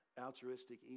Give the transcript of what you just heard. altruistic